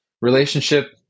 relationship